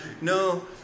no